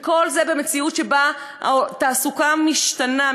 וכל זה במציאות שבה תעסוקה משתנה,